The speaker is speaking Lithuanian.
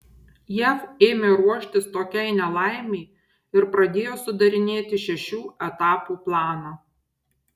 jav ėmė ruoštis tokiai nelaimei ir pradėjo sudarinėti šešių etapų planą